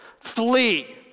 flee